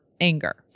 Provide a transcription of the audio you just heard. anger